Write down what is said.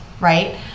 right